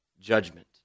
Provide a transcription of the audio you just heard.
judgment